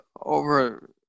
over